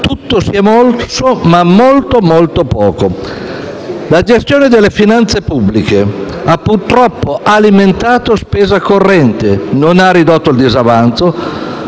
Tutto si è mosso, ma veramente molto poco. La gestione delle finanze pubbliche ha purtroppo alimentato la spesa corrente e non ha ridotto il disavanzo,